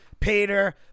Peter